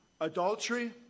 adultery